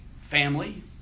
family